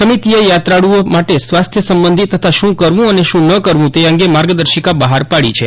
સમિતિએ યાત્રાળુઓ માટે સ્વાસ્થ્ય સંબંધી તથા શું કરવું તથા શું ન કરવું તે અંગે માર્ગદર્શિકા બહાર પાડી છે